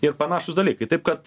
ir panašūs dalykai taip kad